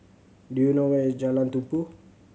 do you know where is Jalan Tumpu